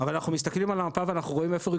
אבל אנחנו מסתכלים על המפה ורואים איפה נמצאים